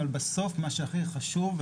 אבל בסוף מה שהכי חשוב,